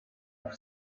off